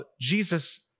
Jesus